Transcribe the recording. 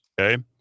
okay